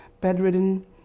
bedridden